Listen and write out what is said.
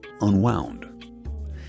unwound